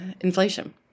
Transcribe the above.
inflation